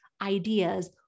ideas